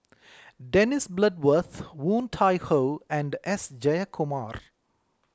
Dennis Bloodworth Woon Tai Ho and S Jayakumar